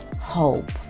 hope